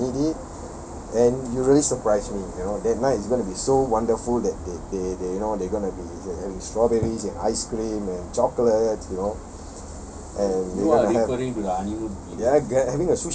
you know when I need it and you really surprise me you know that night is going to be so wonderful that they they they you know they're going to be strawberries and ice cream and chocolate you know and they're going to have